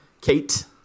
Kate